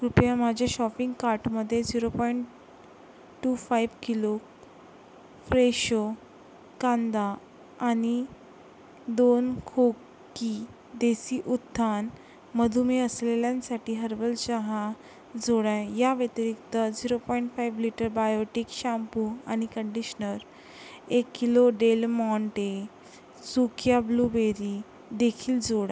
कृपया माझ्या शॉपिंग कार्टमध्ये zero point two five kilo Fresho कांदा आणि दोन खोकी देसी उत्थान मधुमेह असलेल्यांसाठी हर्बल चहा जोडा या व्यतिरिक्त zero point five litre Biotique shampoo आणि कंडिशनर एक किलो डेल माँटे सुक्या ब्लूबेरीदेखील जोडा